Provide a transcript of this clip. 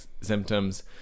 symptoms